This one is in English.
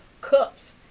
cups